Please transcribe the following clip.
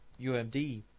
UMD